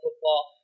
football